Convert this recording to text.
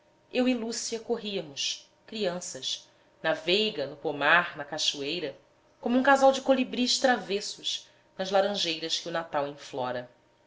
lúcia corríamos crianças na veiga no pomar na cachoeira como um casal de colibris travessos nas laranjeiras que o natal enflora